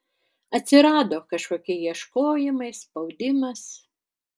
atsirado kažkokie ieškojimai spaudimas